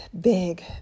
big